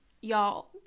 y'all